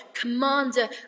commander